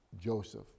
Joseph